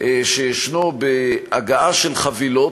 שיש בהגעה של חבילות,